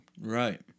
Right